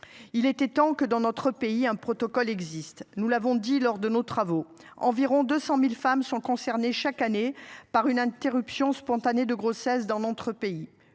Il était temps que dans notre pays un protocole existe, nous l'avons dit lors de nos travaux, environ 200.000 femmes sont concernées chaque année par une interruption spontanée de grossesse dans notre pays